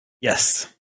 Yes